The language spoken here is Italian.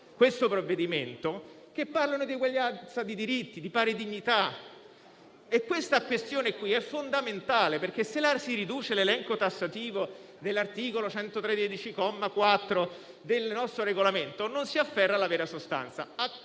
questo provvedimento, che parlano di uguaglianza di diritti e di pari dignità. Questa è la questione fondamentale, perché se la si riduce all'elenco tassativo di cui all'articolo 113, comma 4, del nostro Regolamento, non si afferra la vera sostanza.